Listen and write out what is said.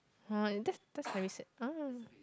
!huh! that's that's very sad ah